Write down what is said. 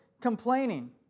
complaining